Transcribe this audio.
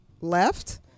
left